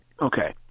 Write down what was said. Okay